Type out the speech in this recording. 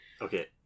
Okay